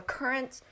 current